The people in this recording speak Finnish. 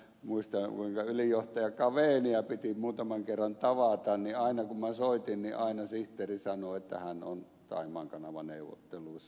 muistan kun ylijohtaja cavenia piti muutaman kerran tavata niin aina kun minä soitin sihteeri sanoi että hän on saimaan kanava neuvotteluissa